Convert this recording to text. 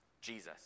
Jesus